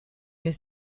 his